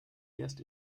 erst